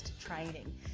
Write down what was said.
training